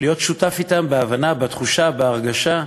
להיות שותפים אתם בהבנה, בתחושה, בהרגשה.